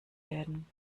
werden